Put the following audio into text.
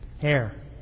Hair